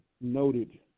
noted